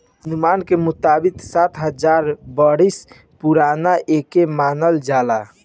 अनुमान के मुताबिक सात हजार बरिस पुरान एके मानल जाला